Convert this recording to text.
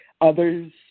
others